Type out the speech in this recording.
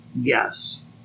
Yes